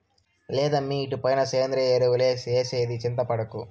లేదమ్మీ ఇటుపైన సేంద్రియ ఎరువులే ఏసేది చింతపడకు